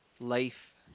life